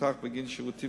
כלכליות.